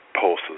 pulses